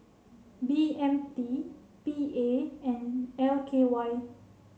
B M T P A and L K Y